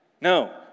No